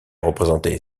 représenté